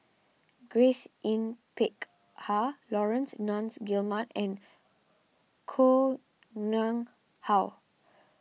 Grace Yin Peck Ha Laurence Nunns Guillemard and Koh Nguang How